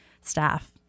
staff